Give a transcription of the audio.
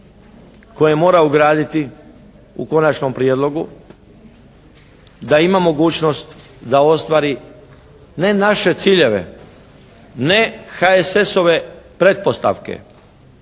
koje mora ugraditi u konačnom prijedlogu, da ima mogućnost da ostvari ne naše ciljeve, ne HSS-ove pretpostavke,